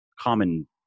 common